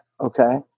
Okay